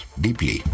Deeply